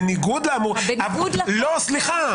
בניגוד לאמור --- בניגוד --- סליחה,